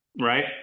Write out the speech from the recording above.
right